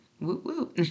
Woo